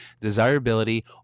desirability